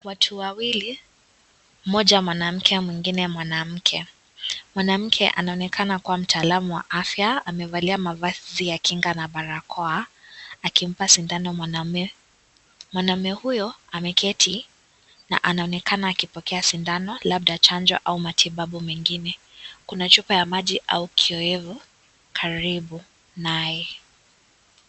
Watu wawili mmoja mwananmke na mwingine mwanamke ,mwanamke anaonekana kuwa mtaalam wa afya amevalia mavazi ya kinga na barakoa akimpa sindano mwanaume, mwanaume huyo ameketi na anaonekana akipokea sidano labda chanjo au matibabu mengine, kuna chupa ya maji au kiyeyevu karibu naye.